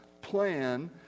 plan